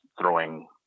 throwing